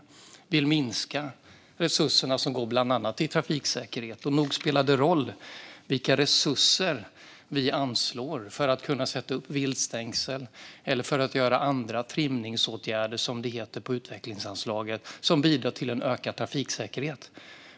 Moderaterna vill minska resurserna som går bland annat till trafiksäkerhet. Och nog spelar det roll vilka resurser vi anslår för att kunna sätta upp viltstängsel eller för att göra andra trimningsåtgärder, som det heter, på utvecklingsanslaget som bidrar till en ökad trafiksäkerhet.